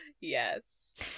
Yes